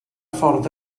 ffordd